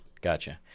Gotcha